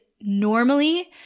normally